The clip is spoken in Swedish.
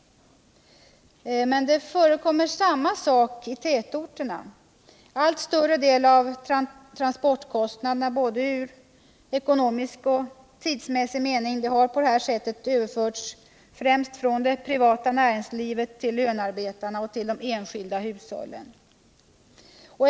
Men samma sak förekommer i tätorterna. En allt större del av transportkostnaderna, i såväl ekonomisk som tidsmässig mening, har på det här sättet överförts främst från det privata näringslivet till lönarbetarna och till de enskilda hushållen.